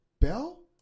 bell